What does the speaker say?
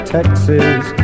Texas